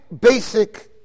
basic